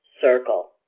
circle